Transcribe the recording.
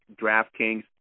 DraftKings